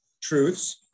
truths